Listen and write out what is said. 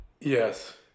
Yes